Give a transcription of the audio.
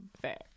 Fair